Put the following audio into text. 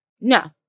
No